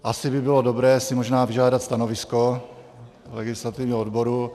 Asi by bylo dobré si možná vyžádat stanovisko legislativního odboru.